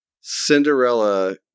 Cinderella